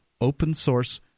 open-source